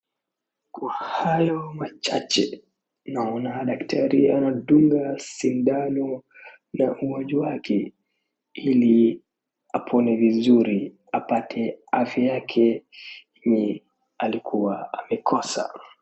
Kwa hayo machache, naona daktari anadunga sindano na mgonjwa wake, ili apone vizuri, apate afya yake yenye alikuwa amekosa.